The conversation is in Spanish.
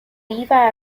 iba